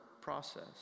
process